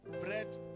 bread